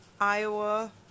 Iowa